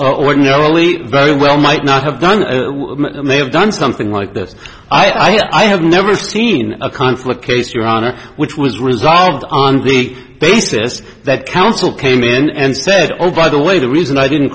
ordinarily very well might not have done they have done something like this i have never seen a conflict case your honor which was resolved on the basis that counsel came in and said oh by the way the reason i didn't